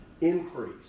increase